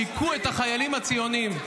שהיכו את החיילים הציונים.